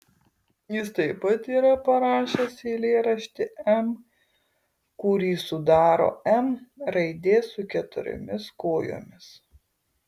jis taip pat yra parašęs eilėraštį m kurį sudaro m raidė su keturiomis kojomis